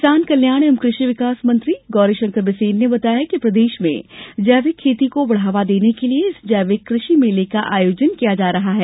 किसान कल्याण एवं कृषि मंत्री गौरीशंकर बिसेन ने बताया कि प्रदेश में जैविक खेती को बढ़ावा देने के लिए इस जैविक कृषि मेले का आयोजन किया जा रहा है